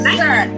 sir